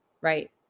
right